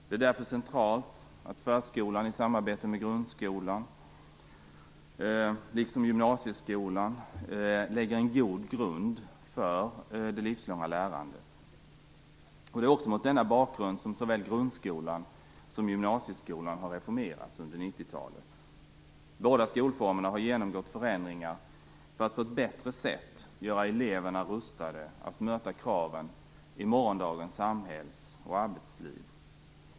Det är därför centralt att förskolan i samarbete med grundskolan liksom gymnasieskolan lägger en god grund för det livslånga lärandet. Det är också mot denna bakgrund som såväl grundskolan som gymnasieskolan har reformerats under 1990-talet. Båda skolformerna har genomgått förändringar för att på ett bättre sätt göra eleverna rustade att möta kraven i morgondagens samhälls och arbetsliv.